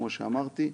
כמו שאמרתי,